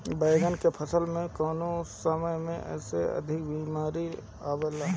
बैगन के फसल में कवने समय में अधिक बीमारी आवेला?